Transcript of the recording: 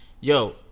Yo